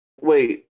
wait